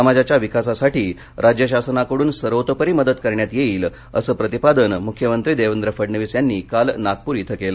समाजाच्या विकासासाठी राज्य शासनाकडून सर्वतोपरी मदत करण्यात येईल असं प्रतिपादन मुख्यमंत्री देवेंद्र फडणवीस यांनी काल नागपूर इथं केलं